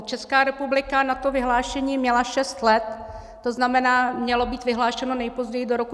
Česká republika na to vyhlášení měla šest let, to znamená, mělo být vyhlášeno nejpozději do roku 2014.